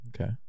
Okay